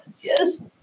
Yes